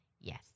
Yes